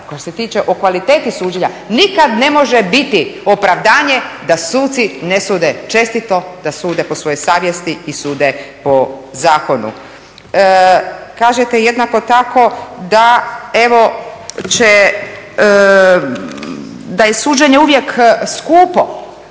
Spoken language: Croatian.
… tiče o kvaliteti suđenja, nikad ne može biti opravdanje da suci ne sude čestito, da sude po svojoj savjesti i sude po zakonu. Kažete jednako tako da, evo će da je suđenje uvijek skupo